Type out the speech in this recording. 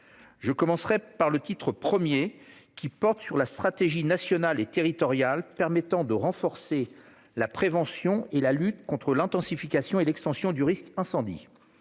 Je commencerai par le titre I portant sur la stratégie nationale et territoriale pour renforcer la prévention et la lutte contre l'intensification et l'extension du risque incendie,